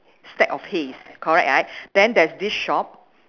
stack of hays correct right then there's this shop